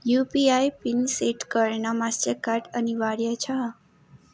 UPI PIN set गर्न Mastercard अनिवार्य छ